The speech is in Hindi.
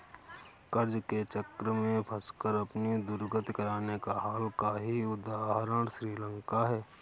कर्ज के चक्र में फंसकर अपनी दुर्गति कराने का हाल का ही उदाहरण श्रीलंका है